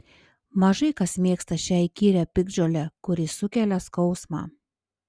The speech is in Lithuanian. mažai kas mėgsta šią įkyrią piktžolę kuri sukelia skausmą